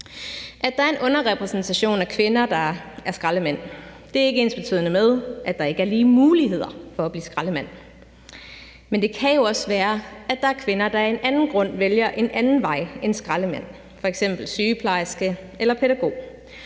At der er en underrepræsentation af kvinder, der er skraldemænd, er ikke ensbetydende med, at der ikke er lige muligheder for at blive skraldemand. Men det kan jo også være, at der er kvinder, der af en anden grund vælger en anden vej end skraldemand, f.eks. sygeplejerske eller pædagog,